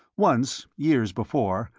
once, years before,